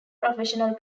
professional